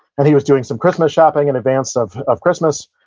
and he was doing some christmas shopping in advance of of christmas.